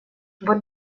вот